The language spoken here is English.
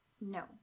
No